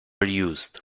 used